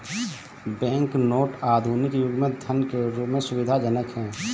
bank note आधुनिक युग में धन के रूप में सुविधाजनक हैं